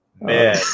Man